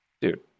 Dude